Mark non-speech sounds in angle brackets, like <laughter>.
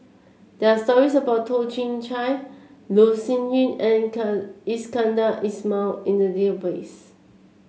there're stories about Toh Chin Chye Loh Sin Yun and <unintelligible> Iskandar Ismail in the database